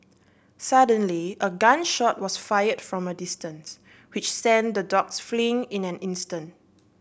suddenly a gun shot was fired from a distance which sent the dogs fleeing in an instant